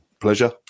Pleasure